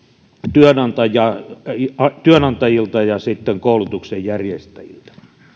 työnantajilta ja työnantajilta ja sitten koulutuksen järjestäjiltä